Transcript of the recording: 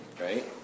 right